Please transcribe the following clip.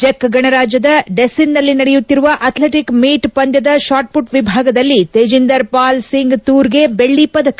ಜೆಕ್ ಗಣರಾಜ್ಯದ ಡೆಸಿನ್ನಲ್ಲಿ ನಡೆಯುತ್ತಿರುವ ಅಥ್ಲೇಟಿಕ್ ಮೀಟ್ ಪಂದ್ಯದ ಶಾಟ್ ವಿಭಾಗದಲ್ಲಿ ತೇಜಿಂದರ್ ಪಾಲ್ ಸಿಂಗ್ ತೂರ್ಗೆ ಬೆಳ್ಳಿ ಪದಕ